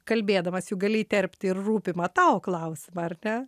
kalbėdamas jau gali įterpti ir rūpimą tau klausimą ar ne